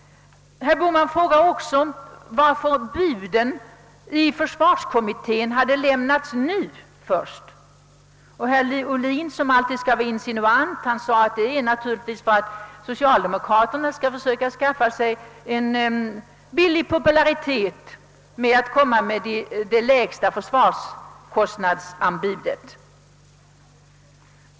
kommittén hade lämnats först nu, och herr Ohlin, som alltid skall vara insinuant, ansåg att socialdemokraterna ville skaffa sig en billig popularitet genom att komma med det lägsta försvarsbudet.